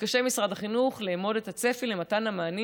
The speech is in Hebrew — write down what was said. מתקשה משרד החינוך לאמוד את הצפי למתן המענים